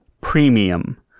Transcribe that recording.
Premium